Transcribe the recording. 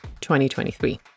2023